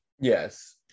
Yes